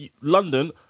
London